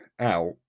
out